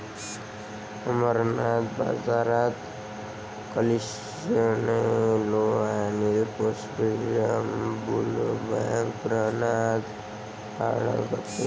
अमरनाथ, बाजारात कॅल्शियम, लोह आणि पोटॅशियम मुबलक प्रमाणात आढळते